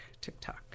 TikTok